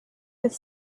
with